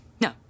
No